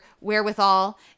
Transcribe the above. Wherewithal